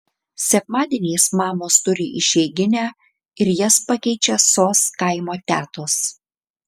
sekmadieniais mamos turi išeiginę ir jas pakeičia sos kaimo tetos